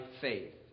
faith